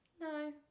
No